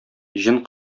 җен